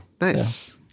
Nice